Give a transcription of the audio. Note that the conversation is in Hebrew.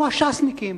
אלו הש"סניקים,